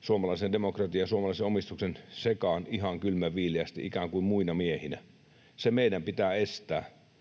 suomalaisen demokratian ja suomalaisen omistuksen sekaan ihan kylmänviileästi, ikään kuin muina miehinä. Se meidän pitää estää.